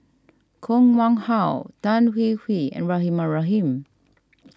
Koh Nguang How Tan Hwee Hwee and Rahimah Rahim